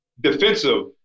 defensive